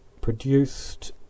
produced